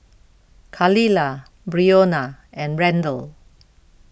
Khalilah Brionna and Randle